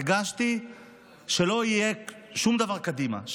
הרגשתי שלא יהיה שום דבר קדימה,